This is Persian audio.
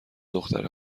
دختره